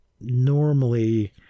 normally